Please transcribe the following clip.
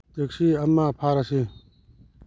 taxi ꯑꯃ ꯐꯥꯔꯁꯤ